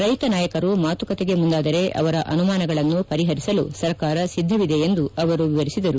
ರೈತ ನಾಯಕರು ಮಾತುಕತೆಗೆ ಮುಂದಾದರೆ ಆವರ ಆನುಮಾನಗಳನ್ನು ಪರಿಪರಿಸಲು ಸರ್ಕಾರ ಸಿದ್ದವಿದೆ ಎಂದು ವಿವರಿಸಿದರು